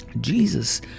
Jesus